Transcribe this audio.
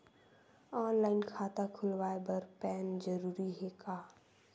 Online खाता खुलवाय बर पैन जरूरी हे का?